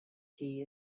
key